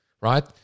right